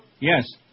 Yes